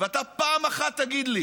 ואתה פעם אחת תגיד לי